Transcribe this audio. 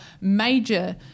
major